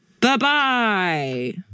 Bye-bye